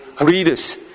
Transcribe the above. readers